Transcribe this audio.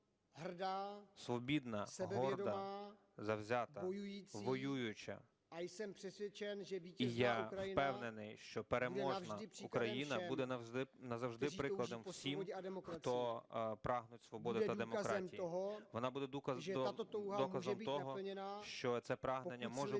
горда, завзята, воююча, і я впевнений, що переможна Україна буде назавжди прикладом всім, хто прагнуть свободи та демократії. Вона буде доказом того, що це прагнення може бути сповнене,